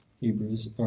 Hebrews